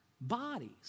bodies